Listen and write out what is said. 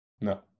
No